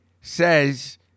says